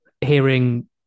hearing